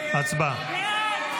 הצבעה.